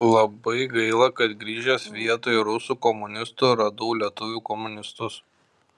labai gaila kad grįžęs vietoj rusų komunistų radau lietuvių komunistus